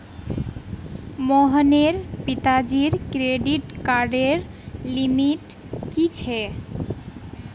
मोहनेर पिताजीर क्रेडिट कार्डर लिमिट की छेक